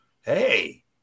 hey